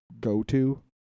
go-to